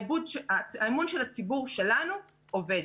האמון של הציבור שלנו אובד.